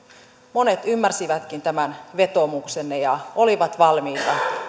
monet ymmärsivätkin tämän vetoomuksenne ja olivat valmiita